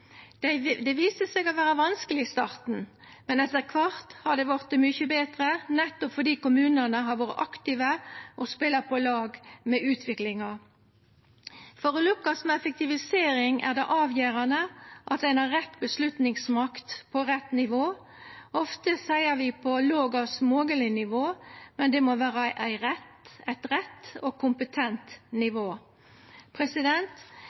Det viste seg å vera vanskeleg i starten, men etter kvart har det vorte mykje betre, nettopp fordi kommunane har vore aktive og spela på lag med utviklinga. For å lukkast med effektivisering er det avgjerande at ein har rett avgjerdsmakt på rett nivå. Ofte seier vi på lågast mogleg nivå, men det må vera eit rett og kompetent